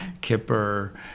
Kipper